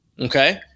okay